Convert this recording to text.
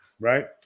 right